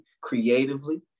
creatively